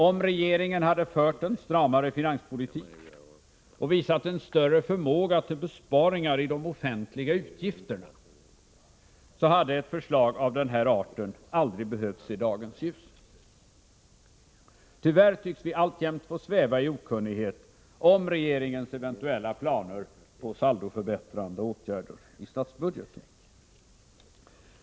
Om regeringen hade fört en stramare finanspolitik och visat en större förmåga till besparingar i de offentliga utgifterna, hade ett förslag av den här arten aldrig behövt se dagens ljus. Tyvärr tycks vi alltjämt få sväva i okunnighet om regeringens eventuella planer på saldoför bättrande åtgärder i statsbudgeten.